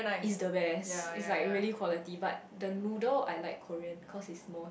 is the best is like really quality but the noodle I like Korean cause it's most